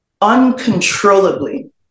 uncontrollably